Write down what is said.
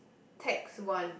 tax one